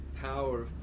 power